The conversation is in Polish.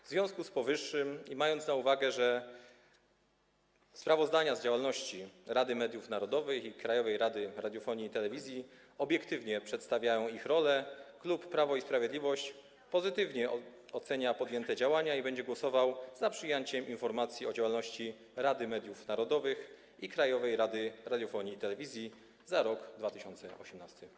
W związku z powyższym i mając na uwadze, że sprawozdania z działalności Rady Mediów Narodowych i Krajowej Rady Radiofonii i Telewizji obiektywnie przedstawiają ich rolę, klub Prawo i Sprawiedliwość pozytywnie ocenia podjęte działania i będzie głosował za przyjęciem informacji o działalności Rady Mediów Narodowych i Krajowej Rady Radiofonii i Telewizji za rok 2018.